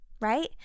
right